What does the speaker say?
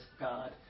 God